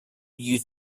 you